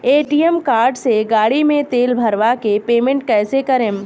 ATM card से गाड़ी मे तेल भरवा के पेमेंट कैसे करेम?